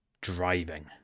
driving